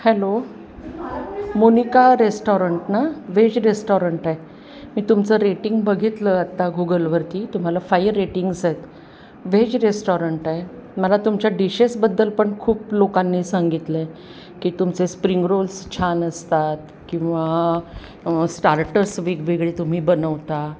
hello Monica restaurant ना veg restaurant आहे मी तुमचं रेटिंग बघितलं आत्ता गुगलवरती तुम्हाला फाई रेटिंग्स आहेत व्हेज रेस्टॉरंट आहे मला तुमच्या डिशेसबद्दल पण खूप लोकांनी सांगितलं आहे की तुमचे स्प्रिंग रोल्स छान असतात किंवा स्टार्टर्स वेगवेगळे तुम्ही बनवता